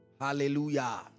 hallelujah